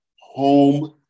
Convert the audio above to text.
home